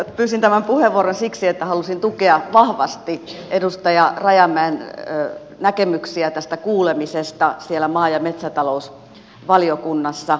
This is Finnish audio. pyysin tämän puheenvuoron siksi että halusin tukea vahvasti edustaja rajamäen näkemyksiä tästä kuulemisesta siellä maa ja metsätalousvaliokunnassa